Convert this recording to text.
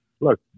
look